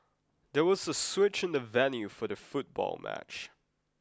there was a switch in the venue for the football match